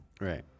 Right